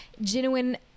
genuine